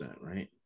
right